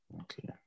Okay